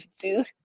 dude